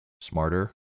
smarter